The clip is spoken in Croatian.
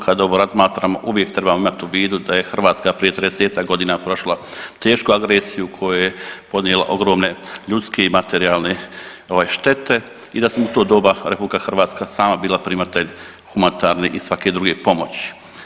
Kad ovo razmatramo uvijek trebamo imati u vidu da je Hrvatska prije 30-ak godina prošla tešku agresiju u kojoj je podnijela ogromne ljudske i materijalne ovaj štete i da samo u to doba RH sama bila primatelj humanitarne i svake druge pomoći.